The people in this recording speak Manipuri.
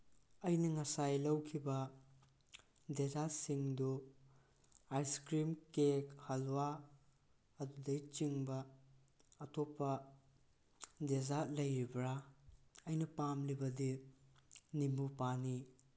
ꯑꯩꯅ ꯉꯁꯥꯏ ꯂꯧꯈꯤꯕ ꯗꯤꯖꯥꯔꯠꯁꯤꯡꯗꯨ ꯑꯥꯏꯁ ꯀ꯭ꯔꯤꯝ ꯀꯦꯛ ꯍꯜꯂꯋꯥ ꯑꯗꯨꯗꯩꯆꯤꯡꯕ ꯑꯇꯣꯞꯄ ꯗꯤꯖꯥꯔꯠ ꯂꯩꯔꯤꯕ꯭ꯔꯥ ꯑꯩꯅ ꯄꯥꯝꯂꯤꯕꯗꯤ ꯅꯤꯝꯕꯨ ꯄꯥꯅꯤ